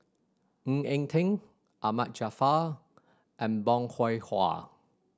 Ng Eng Teng Ahmad Jaafar and Bong Hwa